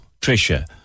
Tricia